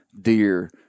deer